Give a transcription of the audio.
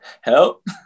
help